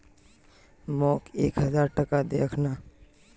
मोक एक हजार टका दे अखना